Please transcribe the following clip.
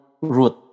root